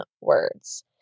words